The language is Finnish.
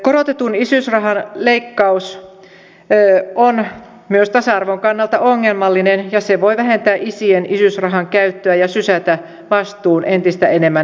korotetun isyysrahan leikkaus on myös tasa arvon kannalta ongelmallinen ja se voi vähentää isien isyysrahan käyttöä ja sysätä vastuun entistä enemmän äideille